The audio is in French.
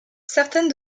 certaines